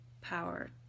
power